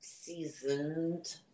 seasoned